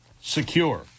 secure